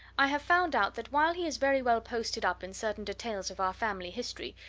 i have found out that while he is very well posted up in certain details of our family history,